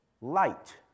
light